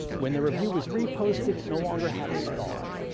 when the review was reposted, it no longer had a star,